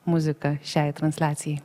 muzika šiai transliacijai